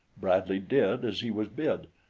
bradley did as he was bid,